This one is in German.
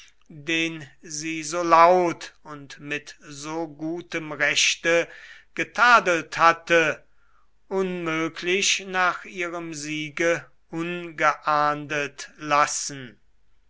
den sie so laut und mit so gutem rechte getadelt hatte unmöglich nach ihrem siege ungeahndet lassen